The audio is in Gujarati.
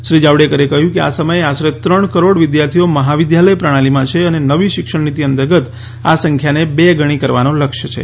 શ્રી જાવડેકરે કહ્યું કે આ સમયે આશરે ત્રણ કરોડ વિદ્યાર્થીઓ મહાવિદ્યાલય પ્રણાલીમાં છે અને નવી શિક્ષણ નીતિ અંતર્ગત આ સંખ્યાને બે ગણી કરવાનો લક્ષ્ય છે